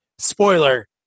Spoiler